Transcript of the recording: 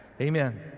Amen